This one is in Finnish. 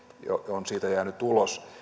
on siitä jäänyt ulos